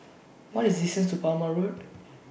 What IS The distance to Palmer Road